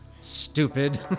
Stupid